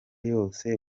yose